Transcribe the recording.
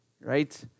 right